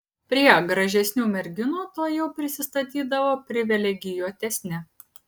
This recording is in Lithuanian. prie gražesnių merginų tuojau prisistatydavo privilegijuotesni